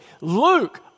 Luke